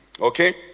Okay